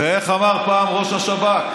איך אמר פעם ראש השב"כ?